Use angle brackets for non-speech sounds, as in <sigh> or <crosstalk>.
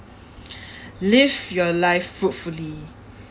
<breath> live your life fruitfully